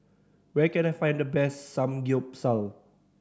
where can I find the best Samgeyopsal